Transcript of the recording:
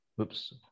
Oops